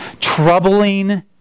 Troubling